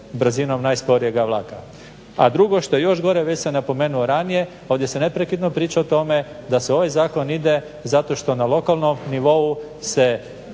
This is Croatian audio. brzinom najsporijega vlaka. A drugo što je još gore, već sam napomenuo ranije, ovdje se neprekidno priča o tome da se u ovaj zakon ide zato što na lokalnom nivou se